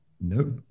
Nope